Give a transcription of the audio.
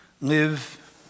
live